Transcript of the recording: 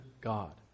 God